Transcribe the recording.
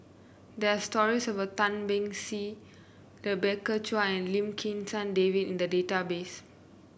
there stories about Tan Beng Swee Rebecca Chua and Lim Kim San David in the database